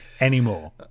anymore